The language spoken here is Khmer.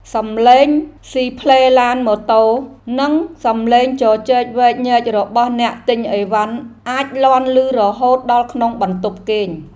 សំឡេងស៊ីផ្លេឡាន ម៉ូតូ និងសំឡេងជជែកវែកញែករបស់អ្នកទិញអីវ៉ាន់អាចលាន់ឮរហូតដល់ក្នុងបន្ទប់គេង។